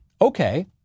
Okay